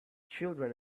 children